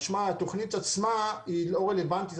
משמע התכנית עצמה היא לא רלוונטית.